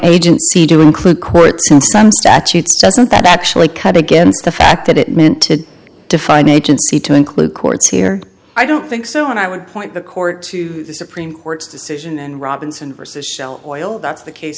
agency to include courts in some statutes doesn't that actually cut against the fact that it meant to define agency to include courts here i don't think so and i would point the court to the supreme court's decision and robinson versus shell oil that's the case